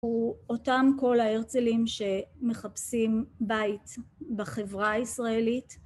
הוא אותם כל ההרצלים שמחפשים בית בחברה הישראלית.